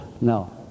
No